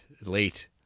Late